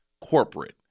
corporate